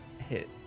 hit